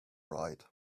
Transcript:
right